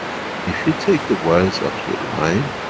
if you take the wires off your line,